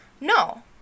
No